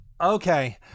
okay